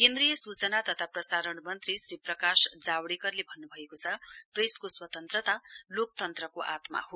केन्द्रीय सूचना तथा प्रसारण मन्त्री श्री प्रकाश जावड़ेकरले भन्नुभएको छ प्रेसको स्वतन्त्रता लोकतन्त्रको आत्मा हो